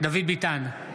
דוד ביטן,